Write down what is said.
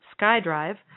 SkyDrive